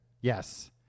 Yes